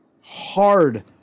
Hard